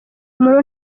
umuntu